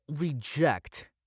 reject